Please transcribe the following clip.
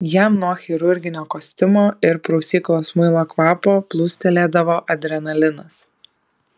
jam nuo chirurginio kostiumo ir prausyklos muilo kvapo plūstelėdavo adrenalinas